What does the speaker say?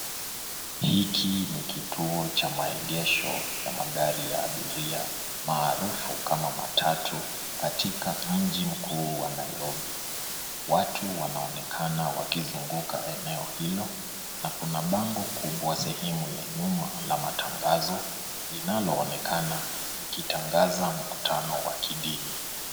Hiki ni kituo cha maegesho ya magari ya abiria marufu kama matatu katika mji mkuu wa Nairobi. Watu wanaonekana wakizunguka eneo hilo na kuna bango kubwa sehemu ya nyuma la matangazo linaloonekana likitangaza mkutano wa kidini.